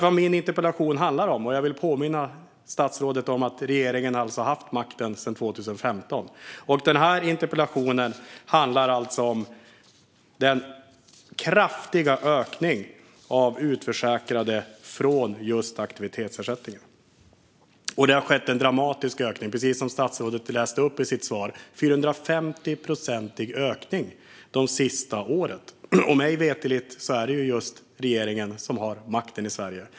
Vad min interpellation handlar om - jag vill påminna statsrådet om att regeringen alltså har haft makten sedan 2015 - är den kraftiga ökningen av utförsäkrade från just aktivitetsersättningen. Det har skett en dramatisk ökning, precis som statsrådet läste upp i sitt svar. Det är en 450-procentig ökning de sista åren. Mig veterligt är det just regeringen som har makten i Sverige.